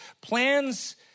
plans